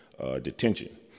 detention